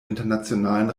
internationalen